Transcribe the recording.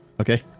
Okay